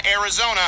Arizona